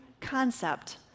concept